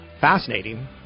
Fascinating